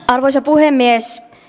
arvoisa puhemies